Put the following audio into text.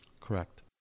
Correct